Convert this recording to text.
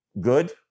good